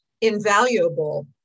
invaluable